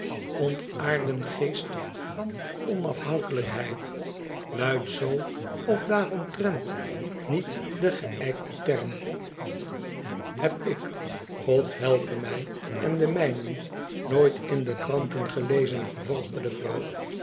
ontaarden geest van onafhankelijkheid i luidt z of daaromtrent niet de geijkte term i iheb ik god helpe mij en de mijnen nooit in de kranten gekzen vervolgde de vrouw